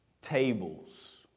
Tables